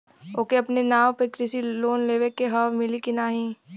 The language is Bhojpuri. ओके अपने नाव पे कृषि लोन लेवे के हव मिली की ना ही?